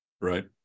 Right